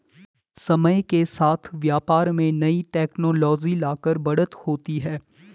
समय के साथ व्यापार में नई टेक्नोलॉजी लाकर बढ़त होती है